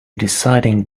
deciding